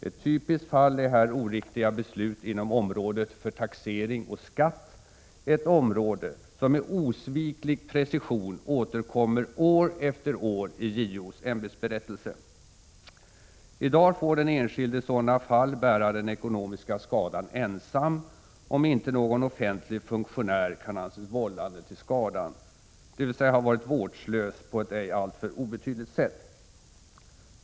Ett typiskt fall är här oriktiga beslut inom området för taxering och skatt, ett område som med osviklig precision återkommer år efter år i JO:s ämbetsberättelse. I dag får den enskilde i sådana fall bära den ekonomiska skadan ensam, om inte någon offentlig funktionär kan anses vållande till skadan, dvs. ha varit vårdslös på ett ej alltför obetydligt sätt.